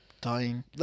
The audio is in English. dying